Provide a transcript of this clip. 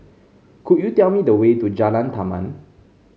could you tell me the way to Jalan Taman